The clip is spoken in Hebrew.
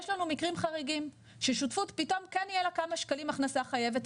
יש לנו מקרים חריגים ששותפות פתאום כן יהיו לה כמה שקלים הכנסה חייבת,